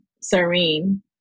serene